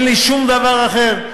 אין לי שום דבר אחר.